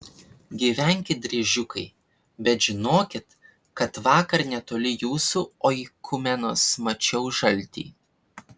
gyvenkit driežiukai bet žinokit kad vakar netoli jūsų oikumenos mačiau žaltį